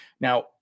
now